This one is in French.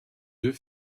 deux